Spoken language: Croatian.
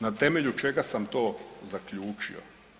Na temelju čega sam to zaključio?